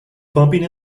bumping